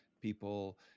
People